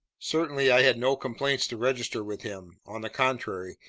certainly i had no complaints to register with him, on the contrary.